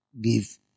give